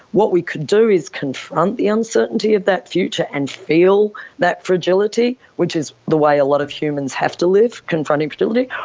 what we could do is confront the uncertainty of that future and feel that fragility, which is the way a lot of humans have to live, confronting fragility.